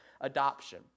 adoption